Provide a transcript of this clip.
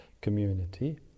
community